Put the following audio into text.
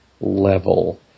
level